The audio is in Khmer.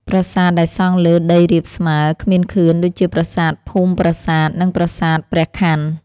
ប្រាសាទដែលសង់លើដីរាបស្មើ គ្មានខឿន ដូចជាប្រាសាទភូមិប្រាសាទ និងប្រាសាទព្រះខាន់។